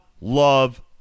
love